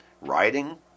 writing